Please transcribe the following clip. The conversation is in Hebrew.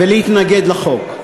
ולהתנגד לחוק.